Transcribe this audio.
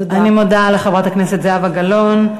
אני מודה לחברת הכנסת זהבה גלאון.